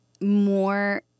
more